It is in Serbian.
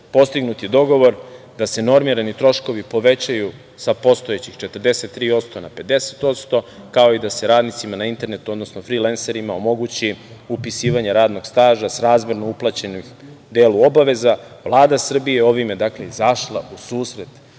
postignut je dogovor da se normirani troškovi povećaju sa postojećih 43% na 50%, kao i da se radnicima na internetu, odnosno frilenserima omogući upisivanje radnog staža srazmerno uplaćenom delu obaveza. Vlada Srbije ovim je izašla u susret